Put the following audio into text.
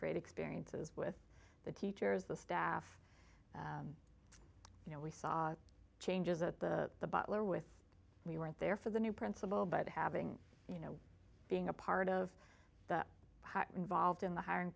great experiences with the teachers the staff you know we saw the changes at the the butler with we weren't there for the new principal but having you know being a part of the involved in the hiring